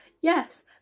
Yes